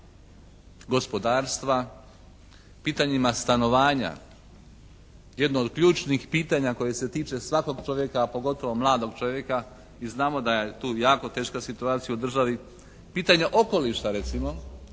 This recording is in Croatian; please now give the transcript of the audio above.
gospodarstva, pitanjima stanovanja. Jedno od ključnih pitanja koje se tiče svakog čovjeka a pogotovo mladog čovjeka i znamo da je tu jako teška situacija u državi, pitanja okoliša recimo